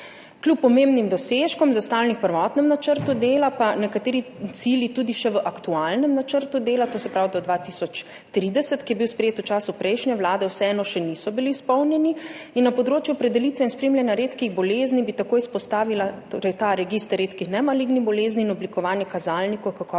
Kljub pomembnim dosežkom, zastavljenim v prvotnem načrtu dela, pa nekateri cilji tudi še v aktualnem načrtu dela, to se pravi do 2030, ki je bil sprejet v času prejšnje vlade, vseeno še niso bili izpolnjeni. Na področju opredelitve in spremljanja redkih bolezni bi tako izpostavila ta register redkih nemalignih bolezni in oblikovanje kazalnikov kakovosti